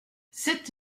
sept